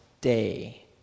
day